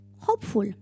hopeful